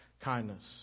kindness